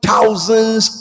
Thousands